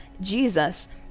Jesus